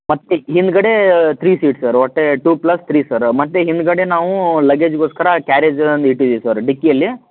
ಮತ್ತು ಹಿಂದುಗಡೆ three seat sir ಒಟ್ಟು ಟೂ ಪ್ಲಸ್ ಥ್ರೀ ಸರ್ ಮತ್ತು ಹಿಂದುಗಡೆ ನಾವು ಲಗೇಜ್ಗೋಸ್ಕರ ಕ್ಯಾರೇಜ್ ಒಂದು ಇಟ್ಟಿದ್ದೀವಿ ಸರ್ ಡಿಕ್ಕಿಯಲ್ಲಿ